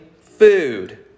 food